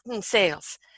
sales